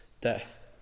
death